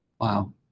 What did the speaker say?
Wow